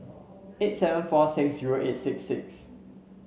eight seven four six zero eight six six